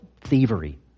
thievery